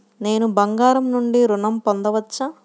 నేను బంగారం నుండి ఋణం పొందవచ్చా?